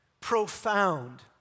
profound